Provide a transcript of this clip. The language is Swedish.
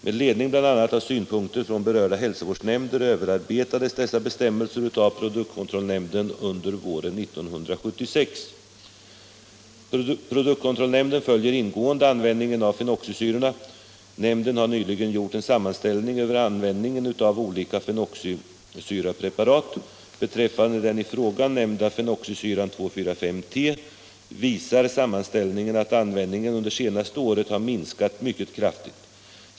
Med ledning av bl.a. synpunkter från berörda hälsovårdsnämnder överarbetades dessa bestämmelser av produktkontrollnämnden under våren 1976. 110 en av olika fenoxisyrapreparat. Beträffande den i frågan nämnda fenoxisyran 2,4,5-T visar sammanställningen att användningen under det senaste året har minskat mycket kraftigt.